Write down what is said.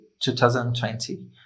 2020